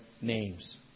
names